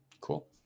cool